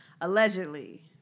Allegedly